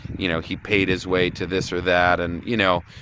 you know, he paid his way to this or that and, you know,